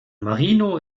marino